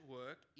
work